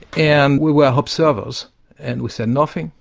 and we were observers and we said nothing,